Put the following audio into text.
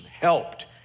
helped